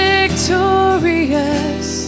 Victorious